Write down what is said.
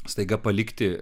staiga palikti